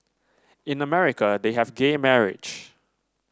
in America they have gay marriage